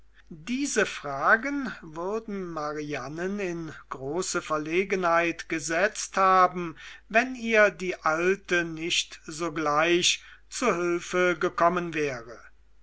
diese fragen würden marianen in große verlegenheit gesetzt haben wenn ihr die alte nicht sogleich zu hülfe gekommen wäre